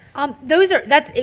um those are, that's,